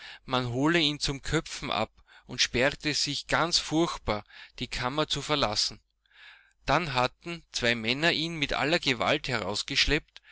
man hole ihn zum köpfen ab und sperrte sich ganz furchtbar die kammer zu verlassen dann hatten zwei männer ihn mit aller gewalt